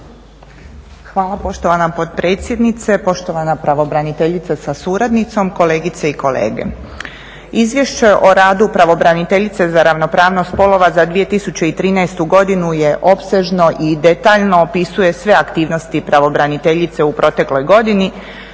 Hvala poštovana potpredsjednice, poštovana pravobraniteljice sa suradnicom, kolegice i kolege. Izvješće o radu pravobraniteljice za ravnopravnost spolova za 2013. je opsežno i detaljno opisuje sve aktivnosti pravobraniteljice u protekloj godini